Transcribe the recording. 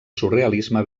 surrealisme